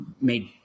made